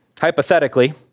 hypothetically